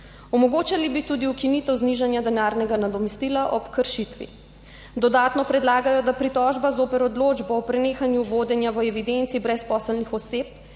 Omogočili bi tudi ukinitev znižanja denarnega nadomestila ob kršitvi. Dodatno predlagajo, da pritožba zoper odločbo o prenehanju vodenja v evidenci brezposelnih oseb